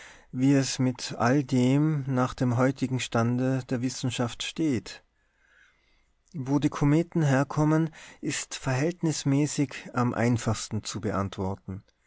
wie es mit all dem nach dem heutigen stande der wissenschaft steht wo die kometen herkommen ist verhältnismäßig am einfachsten zu beantworten